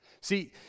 See